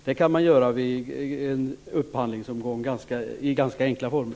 Det kan man göra vid en upphandlingsomgång i ganska enkla former.